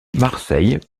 marseille